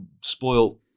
spoil